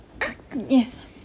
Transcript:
yes